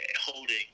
holding